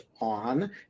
on